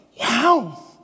Wow